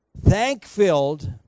thank-filled